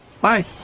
Bye